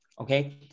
okay